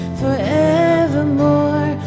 forevermore